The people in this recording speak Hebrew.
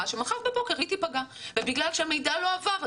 שמחר בבוקר היא תפגע ובגלל שמידע לא עבר,